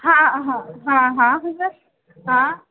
हाँ हाँ हाँ हाँ जी सर हाँ